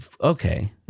okay